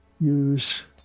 use